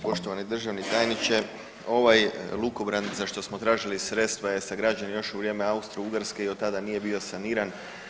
Poštovani državni tajniče, ovaj lukobran za što smo tražili sredstva je sagrađen još za vrijeme Austrougarske i od tada nije bio saniran.